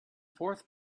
fourth